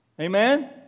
Amen